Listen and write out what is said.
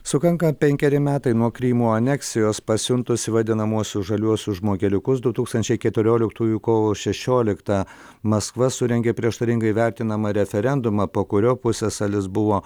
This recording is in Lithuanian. sukanka penkeri metai nuo krymo aneksijos pasiuntusi vadinamuosius žaliuosius žmogeliukus du tūkstančiai keturioliktųjų kovo šešioliktąją maskva surengė prieštaringai vertinamą referendumą po kurio pusiasalis buvo